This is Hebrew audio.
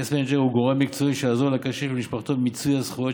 גורם מקצועי שיעזור לקשיש ולמשפחתו במיצוי הזכויות